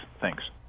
Thanks